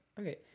Okay